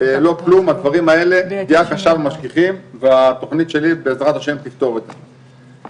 הדברים האלה הם פגיעה קשה במשגיחים והתכנית שלי בע"ה תפתור את זה.